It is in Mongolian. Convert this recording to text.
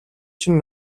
чинь